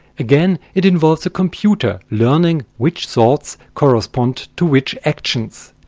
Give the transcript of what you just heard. again, it involves a computer learning which thoughts correspond to which actions.